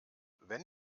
wenn